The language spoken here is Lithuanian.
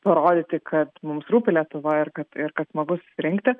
parodyti kad mums rūpi lietuva ir kad ir kad smagu susirinkti